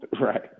Right